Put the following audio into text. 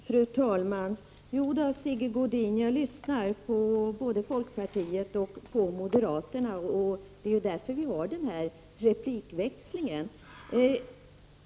Fru talman! Jo då, Sigge Godin, jag lyssnar på både folkpartiet och moderaterna. Det är ju därför vi har den här replikväxlingen.